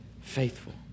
faithful